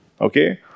Okay